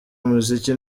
umuziki